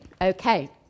okay